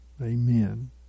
Amen